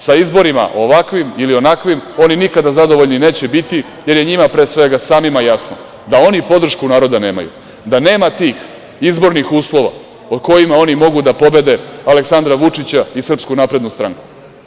Sa izborima ovakvim ili onakvim oni nikada zadovoljni neće biti, jer je njima samima pre svega jasno da oni podršku naroda nemaju, da nema tih izbornih uslova pod kojima oni mogu da pobede Aleksandra Vučića i SNS.